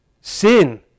Sin